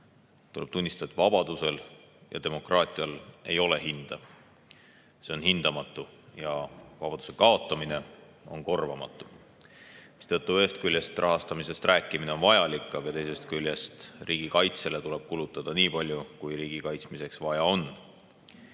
tuleb tunnistada, et vabadusel ja demokraatial ei ole hinda. See on hindamatu. Ja vabaduse kaotamine on korvamatu. Seetõttu ühest küljest rahastamisest rääkimine on vajalik, aga teisest küljest riigikaitsele tuleb kulutada nii palju, kui riigi kaitsmiseks vaja on.